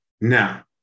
Now